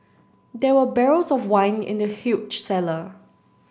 there were barrels of wine in the huge cellar